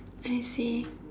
I see